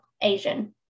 Asian